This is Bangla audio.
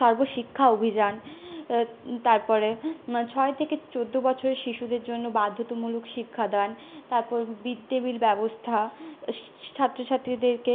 সর্বশিক্ষা অভিযান তারপরে ছয় থেকে চৌদ্দ বছরের শিশুদের জন্য বাধ্যতামূলক শিক্ষাদান তারপর মিড ডে মিল ব্যবস্থা ছাত্র ছাত্রীদেরকে